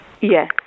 Yes